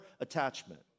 attachment